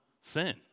sin